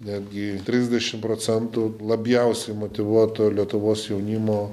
netgi trisdešim procentų labiausiai motyvuoto lietuvos jaunimo